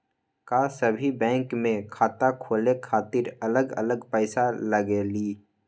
का सभी बैंक में खाता खोले खातीर अलग अलग पैसा लगेलि?